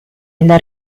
nella